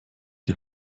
die